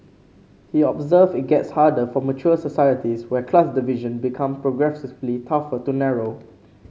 he observed it gets harder for mature societies where class division become progressively tougher to narrow